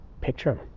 picture